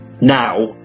now